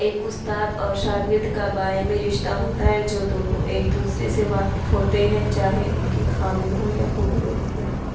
ایک اُستاد اور شاگرد کا باہمی رشتہ ہوتا ہے جو دونوں ایک دوسرے سے واقف ہوتے ہیں چاہے اُن کی خامی ہو یا خوبی ہو